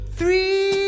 Three